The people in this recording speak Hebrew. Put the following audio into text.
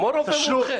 כמו רופא מומחה.